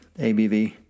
ABV